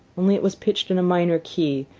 only it was pitched in minor key,